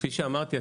כפי שאמרתי,